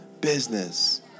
business